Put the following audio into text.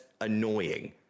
annoying